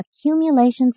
accumulations